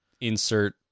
insert